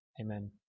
Amen